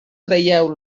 traieu